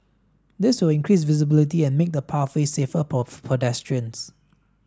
this will increase visibility and make the pathway safer for pedestrians